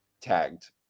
tagged